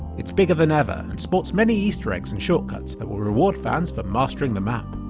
it's bigger than ever and sports many easter-eggs and shortcuts that will reward fans for mastering the map.